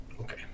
Okay